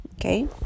okay